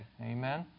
Amen